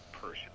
person